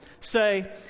say